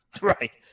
Right